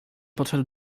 podszedł